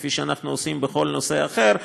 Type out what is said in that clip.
כפי שאנחנו עושים בכל נושא אחר,